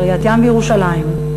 קריית-ים וירושלים.